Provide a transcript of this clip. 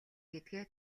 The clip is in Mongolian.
гэдгээ